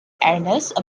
ernest